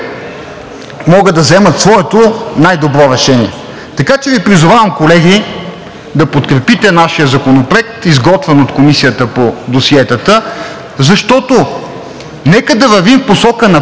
могат да вземат своето най-добро решение. Призовавам Ви, колеги, да подкрепите нашия законопроект, изготвен от Комисията по досиетата, защото нека да вървим в посока напред,